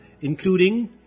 including